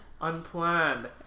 Unplanned